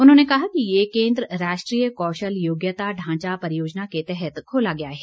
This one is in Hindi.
उन्होंने कहा कि ये केन्द्र राष्ट्रीय कौशल योग्यता ढांचा परियोजना के तहत खोला गया है